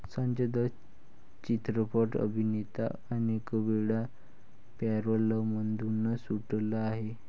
संजय दत्त चित्रपट अभिनेता अनेकवेळा पॅरोलमधून सुटला आहे